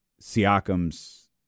Siakam's